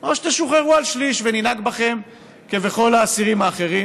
או שתשוחררו על שליש וננהג בכם כבכל האסירים האחרים,